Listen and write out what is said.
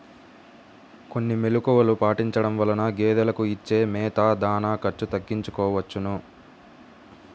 కొన్ని మెలుకువలు పాటించడం వలన గేదెలకు ఇచ్చే మేత, దాణా ఖర్చు తగ్గించుకోవచ్చును